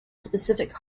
specific